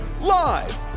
live